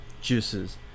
juices